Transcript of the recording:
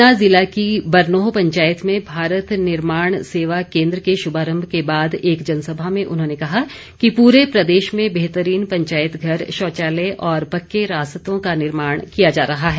ऊना जिला की बरनोह पंचायत में भारत निर्माण सेवा केन्द्र के शुभारम्भ के बाद एक जनसभा में उन्होंने कहा कि पूरे प्रदेश में बेहतरीन पंचायत घर शौचालय और पक्के रास्तों का निर्माण किया जा रहा है